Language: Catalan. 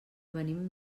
venim